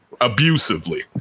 abusively